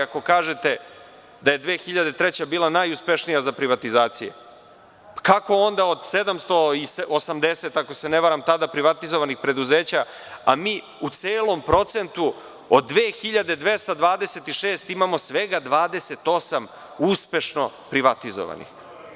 Ako kažete da je 2003. godina bila najuspešnija za privatizacije, kako onda da od 780, ako se ne varam, tada privatizovanih preduzeća, a mi u celom procentu od 2226 imamo svega 28 uspešno privatizovanih.